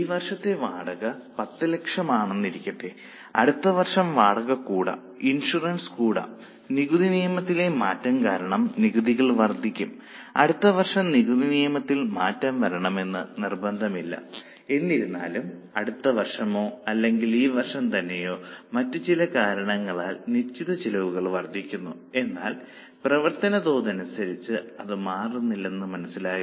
ഈ വർഷത്തെ വാടക 10 ലക്ഷം ആണെന്നിരിക്കട്ടെ അടുത്ത വർഷം വാടക കൂടാം ഇൻഷുറൻസ് കൂടാം നികുതി നിയമത്തിലെ മാറ്റം കാരണം നികുതികൾ വർദ്ധിക്കും അടുത്ത വർഷം നികുതി നിയമത്തിൽ മാറ്റം വരണമെന്ന് നിർബന്ധമില്ല എന്നിരുന്നാലും അടുത്ത വർഷമോ അല്ലെങ്കിൽ ഈ വർഷം തന്നെയോ മറ്റു ചില കാരണങ്ങളാൽ നിശ്ചിത ചെലവുകൾ വർധിക്കുന്നു എന്നാൽ പ്രവർത്തന തോതനുസരിച്ച് അത് മാറുന്നില്ലെന്ന് മനസ്സിലായോ